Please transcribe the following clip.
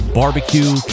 barbecue